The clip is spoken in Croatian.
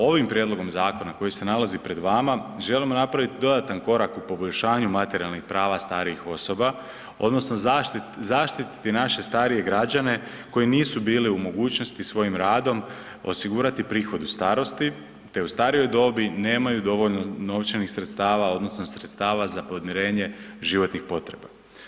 Ovim prijedlogom zakona koji se nalazi pred vama, želimo napraviti dodatan korak u poboljšanju materijalnih prava starijih osoba odnosno zaštititi naše starije građane koji nisu bili u mogućnosti svojim radom osigurati prihod u starosti te u starijoj dobi nemaju dovoljno novčanih sredstava odnosno sredstava za podmirenje životnih potreba.